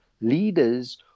leaders